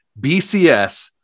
BCS